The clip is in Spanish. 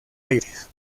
aires